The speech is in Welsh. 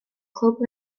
clwb